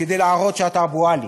כדי להראות שאתה "אבו עלי".